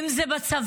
אם זה בצבא,